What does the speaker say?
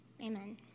Amen